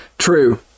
True